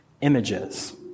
images